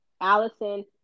Allison